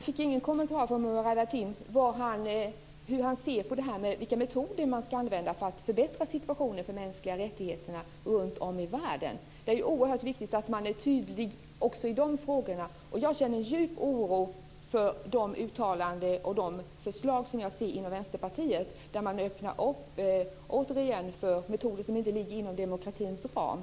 Herr talman! Jag fick ingen kommentar från Murad Artin om vilka metoder man ska använda för att förbättra förutsättningarna för de mänskliga rättigheterna runtom i världen. Det är oerhört viktigt att vara tydlig också i dessa frågor. Jag känner djup oro över de uttalanden och förslag från Vänsterpartiet som återigen öppnar för metoder som inte ligger inom demokratins ram.